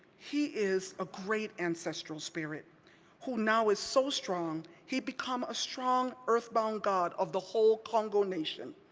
he is a great ancestral spirit who now is so strong he become a strong earthbound god of the whole kongo nation.